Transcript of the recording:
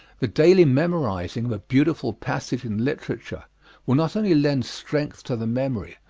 the daily memorizing of a beautiful passage in literature will not only lend strength to the memory,